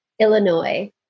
Illinois